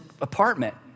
apartment